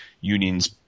unions